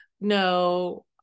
no